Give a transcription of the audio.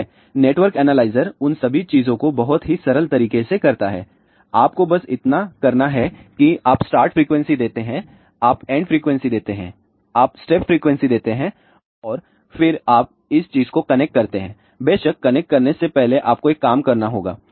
ठीक है network analyser उन सभी चीजों को बहुत ही सरल तरीके से करता है आपको बस इतना करना है कि आप स्टार्ट फ्रीक्वेंसी देते हैं आप एंड फ्रीक्वेंसी देते हैं आप स्टेप फ्रीक्वेंसी देते हैं और फिर आप इस चीज को कनेक्ट करते हैं बेशक कनेक्ट करने से पहले आपको एक काम करना होगा